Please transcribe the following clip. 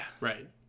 Right